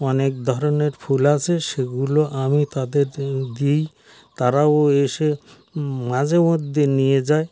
অনেক ধরনের ফুল আছে সেগুলো আমি তাদের দিই তারাও এসে মাঝে মধ্যে নিয়ে যায়